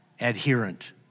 adherent